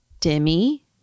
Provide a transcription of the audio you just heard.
Demi